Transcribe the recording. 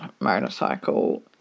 motorcycle